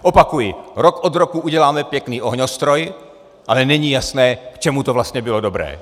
Opakuji, rok od roku uděláme pěkný ohňostroj, ale není jasné, k čemu to vlastně bylo dobré.